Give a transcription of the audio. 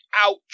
Ouch